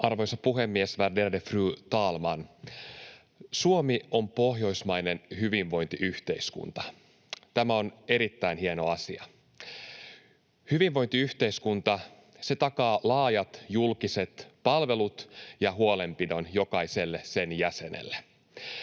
Arvoisa puhemies, värderade fru talman! Suomi on pohjoismainen hyvinvointiyhteiskunta. Tämä on erittäin hieno asia. Hyvinvointiyhteiskunta takaa laajat julkiset palvelut ja huolenpidon jokaiselle sen jäsenelle.